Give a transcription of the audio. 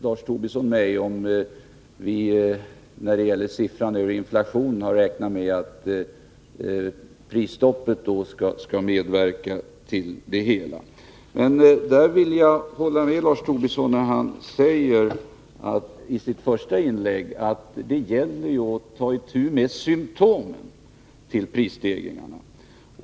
Lars Tobisson frågar mig, beträffande uppgiften om inflationen, om vi har räknat med att prisstoppet skall sänka den. Men där vill jag instämma i vad Lars Tobisson sade i sitt första inlägg, att det gäller att ta itu med symptomen till prisstegringarna.